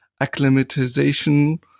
acclimatization